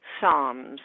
psalms